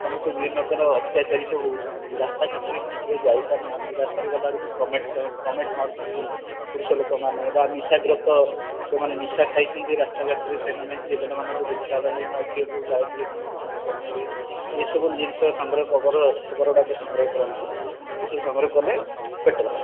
ସମସ୍ତେ ବିଭିନ୍ନ ପ୍ରକାରର ଅତ୍ୟାଚାର ସହୁଛନ୍ତି ରାସ୍ତାଘାଟରେ ଠିକରେ ଯାଇ ପାରୁନାହାନ୍ତି ରାସ୍ତାରେ ଗଲା ବେଳକୁ କମେଣ୍ଟ ମାରୁଛନ୍ତି ପୁରୁଷ ଲୋକମାନେ ବା ନିଶାଗ୍ରସ୍ତ ଯେଉଁମାନେ ନିଶା ଖାଇଛନ୍ତି ରାସ୍ତାରେ ସେମାନେ ଝିଅ ପିଲାମାନଙ୍କୁ ଦେଖିଲା ମାନେ ବା ଝିଅ ଯେଉଁ ଯାଉଥିବେ ତାଙ୍କୁ କମେଣ୍ଟ କରୁଥିବେ ଏହିସବୁ ଜିନିଷ ସଂଗ୍ରହ ଖବର ଖବର ଗୁଡ଼ାକ ସଂଗ୍ରହ କରନ୍ତୁ ସଂଗ୍ରହ କରିଲେ ବେଟର୍ ହେବ